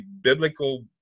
biblical